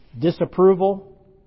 disapproval